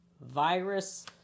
Virus